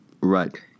Right